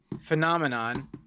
Phenomenon